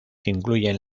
incluyen